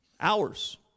Hours